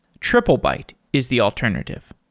triplebyte is the alternative.